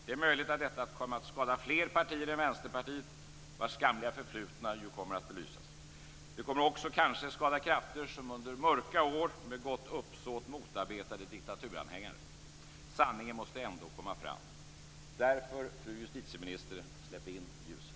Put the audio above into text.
Det är möjligt att detta kommer att skada fler partier än Vänsterpartiet, vars skamliga förflutna ju kommer att belysas. Det kommer kanske också att skada krafter som under mörka år och med gott uppsåt motarbetade diktaturanhängare. Sanningen måste ändå komma fram. Därför, fru justitieminister: Släpp in ljuset!